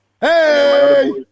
Hey